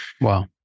Wow